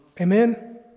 Amen